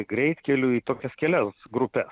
greitkelių į tokias kelias grupes